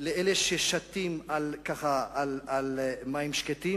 כלפי אלה ששטים ככה על מים שקטים.